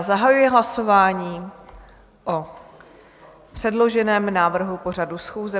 Zahajuji hlasování o předloženém návrhu pořadu schůze.